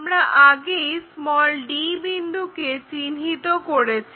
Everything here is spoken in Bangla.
আমরা আগেই d বিন্দুকে চিহ্নিত করেছি